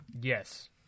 Yes